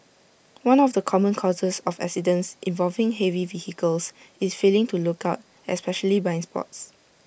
one of the common causes of accidents involving heavy vehicles is failing to look out especially blind spots